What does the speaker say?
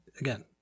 again